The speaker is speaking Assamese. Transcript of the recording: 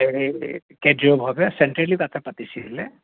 এই কেন্দ্ৰীয়ভাৱে চেণ্ট্ৰেলি তাতে পাতিছিলে